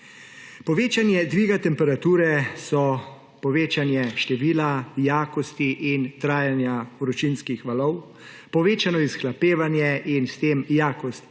Povečanje dviga temperature so: povečanje števila jakosti in trajanja vročinskih valov, povečano izhlapevanje in s tem jakost